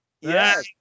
Yes